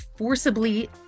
Forcibly